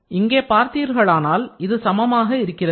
இங்கே பார்த்தீர்களானால் இது சமமாக இருக்கிறது